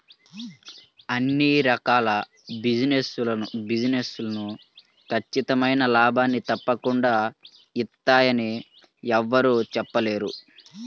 అన్ని రకాల బిజినెస్ లు ఖచ్చితమైన లాభాల్ని తప్పకుండా ఇత్తయ్యని యెవ్వరూ చెప్పలేరు